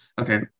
Okay